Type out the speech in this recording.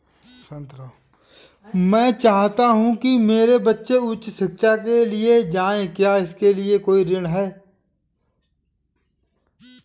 मैं चाहता हूँ कि मेरे बच्चे उच्च शिक्षा के लिए जाएं क्या इसके लिए कोई ऋण है?